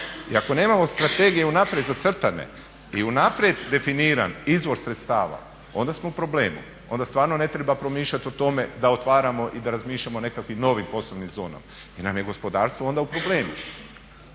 I ako nemamo strategije unaprijed zacrtane i unaprijed definiran izvor sredstava onda smo u problemu, onda stvarno ne treba promišljati o tome da otvaramo i da razmišljamo o nekakvim novim poslovnim zonama jer nam je gospodarstvo onda u problemu.